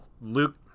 Luke